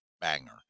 banger